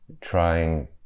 trying